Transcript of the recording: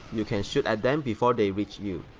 you can shoot at them before they reach you.